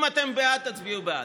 אם אתם בעד, תצביעו בעד.